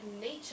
nature